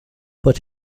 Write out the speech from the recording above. but